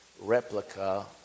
replica